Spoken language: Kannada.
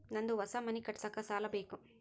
ನಂದು ಹೊಸ ಮನಿ ಕಟ್ಸಾಕ್ ಸಾಲ ಬೇಕು